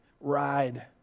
ride